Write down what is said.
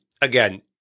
again